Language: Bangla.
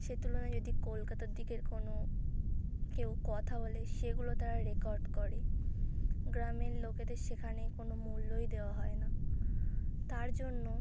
সে তুলনায় যদি কলকাতার দিকের কোনো কেউ কথা বলে সেগুলো তারা রেকর্ড করে গ্রামের লোকেদের সেখানে কোনো মূল্যই দেওয়া হয় না তার জন্য